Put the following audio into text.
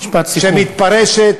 שמתפרשת